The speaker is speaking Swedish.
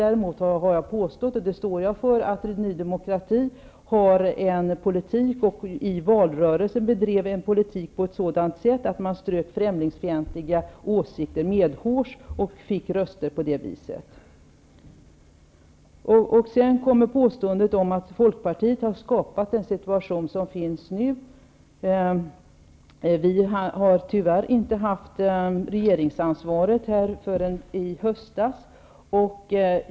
Däremot har jag påstått, och det står jag för, att Ny demokrati i valrörelsen bedrev politik på ett sådant sätt att man strök dem med främlingsfientliga åsikter medhårs och på det viset fick röster. Sedan kom påståendet att Folkpartiet har skapat den situation som råder nu. Vi fick tyvärr inte regeringsansvaret förrän i höstas.